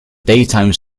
daytime